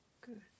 Good